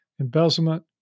embezzlement